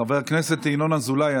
חבר הכנסת ינון אזולאי,